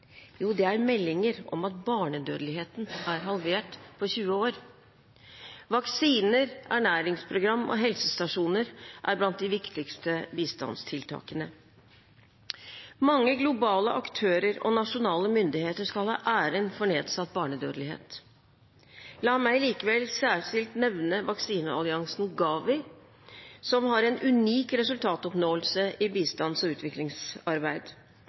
Jo, det er meldinger om at barnedødeligheten er halvert på 20 år. Vaksiner, ernæringsprogram og helsestasjoner er blant de viktigste bistandstiltakene. Mange globale aktører og nasjonale myndigheter skal ha æren for nedsatt barnedødelighet. La meg likevel særskilt nevne vaksinealliansen GAVI, som har en unik resultatoppnåelse i bistands- og utviklingsarbeid.